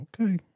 Okay